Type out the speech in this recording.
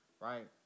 right